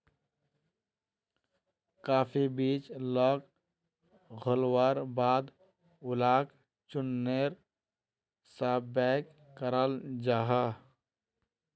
काफी बीज लाक घोल्वार बाद उलाक चुर्नेर सा पैक कराल जाहा